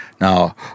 Now